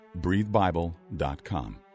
breathebible.com